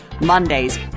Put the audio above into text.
Mondays